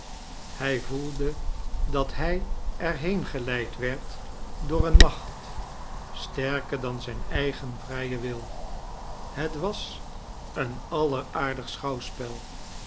hij voelde dat hij er heen gieleid werd door eene macht starker dan zijn eigen vrije ml het was een alleraardigst schouwspel